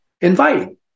inviting